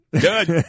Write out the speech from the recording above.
Good